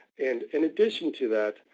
and in addition to that,